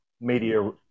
media